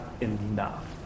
enough